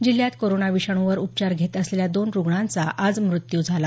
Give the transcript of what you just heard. जिल्ह्यात कोरोना विषाणूवर उपचार घेत असलेल्या दोन रुग्णांचा आज मृत्यू झाला